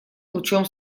лучом